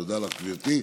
תודה לך, גברתי.